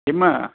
किम्